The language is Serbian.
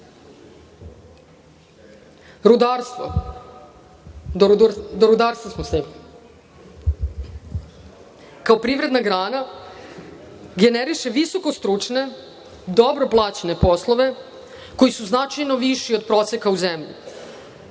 u EU.Rudarstvo, kao privredna grana generiše visokostručne, dobro plaćene poslove, koji su značajno viši od proseka u zemlji.